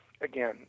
Again